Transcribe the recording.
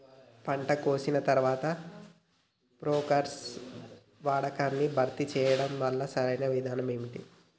పంట కోసిన తర్వాత ప్రోక్లోరాక్స్ వాడకాన్ని భర్తీ చేయడానికి సరియైన విధానం ఏమిటి?